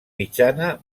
mitjana